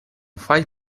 fai